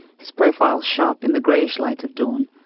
his profile shop in the gray light of dawn.